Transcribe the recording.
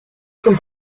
zum